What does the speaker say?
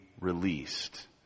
released